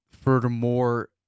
Furthermore